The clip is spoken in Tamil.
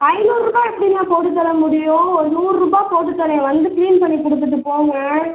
ஐநூறுரூபா எப்படிங்க போட்டு தர முடியும் ஒரு நூறுரூபா போட்டு தரேன் வந்து கிளீன் பண்ணி கொடுத்துட்டு போங்க